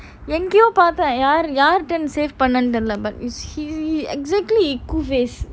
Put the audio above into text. எங்கயோ பாத்தான் யாரு யாருடா:engayo paathan yaaru yaaruta save பண்ணணு தெரில:pannanu terila is he he he exactly he cool face